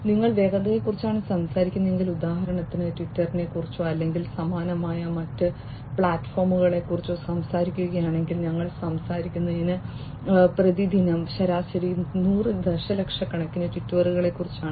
നിങ്ങൾ വേഗതയെക്കുറിച്ചാണ് സംസാരിക്കുന്നതെങ്കിൽ ഉദാഹരണത്തിന് ട്വിറ്ററിനെക്കുറിച്ചോ അല്ലെങ്കിൽ സമാനമായ മറ്റ് പ്ലാറ്റ്ഫോമുകളെക്കുറിച്ചോ സംസാരിക്കുകയാണെങ്കിൽ ഞങ്ങൾ സംസാരിക്കുന്നത് പ്രതിദിനം ശരാശരി 100 ദശലക്ഷക്കണക്കിന് ട്വീറ്റുകളെക്കുറിച്ചാണ്